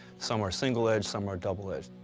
some are single-edged, some are double-edged.